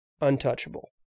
untouchable